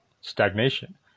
stagnation